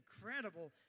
incredible